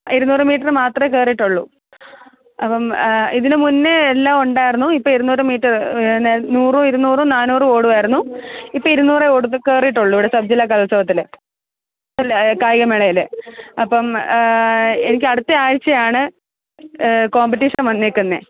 ഇരുന്നൂറ് മീറ്ററ് മാത്രം കയറിയിട്ടുള്ളൂ അപ്പം ഇതിനുമുന്നെ എല്ലാം ഉണ്ടായിരുന്നു ഇപ്പോൾ ഇരുനൂറ് മീറ്ററ് പിന്നെ നൂറും ഇരുന്നൂറും നാനൂറും ഓടുമായിരുന്നു ഇപ്പോൾ ഇരുന്നൂറെ കയറിയിട്ടുള്ളൂ ഇവിടെ സബ് ജില്ലാ കലോത്സവത്തിൽ അല്ല കായികമേളയിൽ അപ്പം എനിക്ക് അടുത്തയാഴ്ച്ചയാണ് കോമ്പിറ്റീഷൻ വന്നേക്കുന്നത്